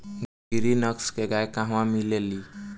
गिरी नस्ल के गाय कहवा मिले लि?